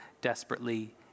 desperately